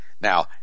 Now